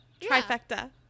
Trifecta